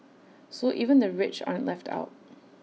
so even the rich aren't left out